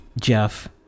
Jeff